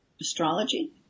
astrology